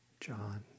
John